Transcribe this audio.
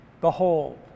Behold